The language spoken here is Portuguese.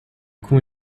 com